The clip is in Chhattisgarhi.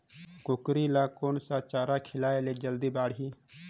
कूकरी ल कोन सा चारा खिलाय ल जल्दी बाड़ही?